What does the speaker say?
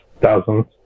thousands